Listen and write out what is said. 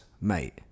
mate